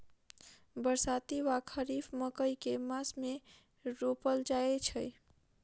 बरसाती वा खरीफ मकई केँ मास मे रोपल जाय छैय?